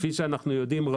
כפי שאנחנו יודעים,